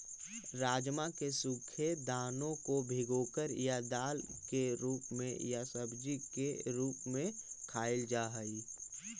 राजमा के सूखे दानों को भिगोकर या दाल के रूप में या सब्जी के रूप में खाईल जा हई